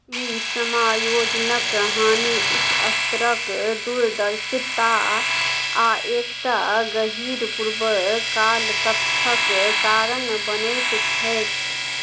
ई समायोजनक हानि उच्च स्तरक दूरदर्शिता आ एक टा गहीँर पूर्वकाल कक्षक कारण बनैत छैक